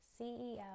CEO